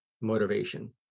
motivation